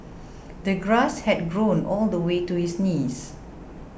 the grass had grown all the way to his knees